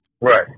Right